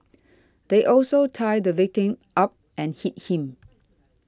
they also tied the victim up and hit him